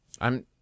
I'm-